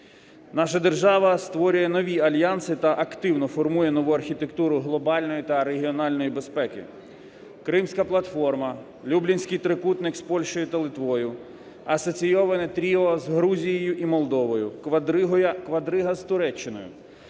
Наша держава створює нові альянси та активно формує нову архітектуру глобальної та регіональної безпеки. Кримська платформа, Люблінський трикутник з Польщею та Литвою, асоційоване тріо з Грузією і Молдовою, квадрига з Туреччиною